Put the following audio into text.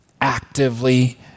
actively